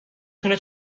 تونه